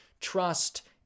trust